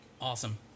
Awesome